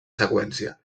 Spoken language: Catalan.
seqüència